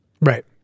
right